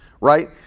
Right